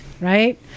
right